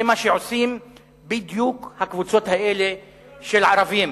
זה מה שעושות בדיוק הקבוצות האלה של הערבים.